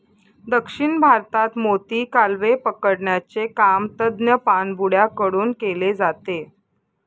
दक्षिण भारतात मोती, कालवे पकडण्याचे काम तज्ञ पाणबुड्या कडून केले जाते